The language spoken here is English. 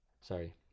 sorry